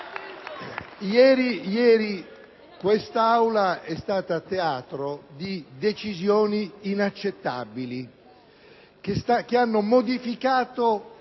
Ieri quest'Aula è stata teatro di decisioni inaccettabili, che hanno modificato